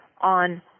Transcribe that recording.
on